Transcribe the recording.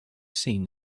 seen